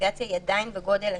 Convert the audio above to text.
הדיפרנציאציה היא עדיין בגודל השטח,